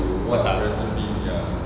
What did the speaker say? masak